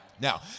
Now